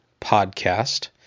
Podcast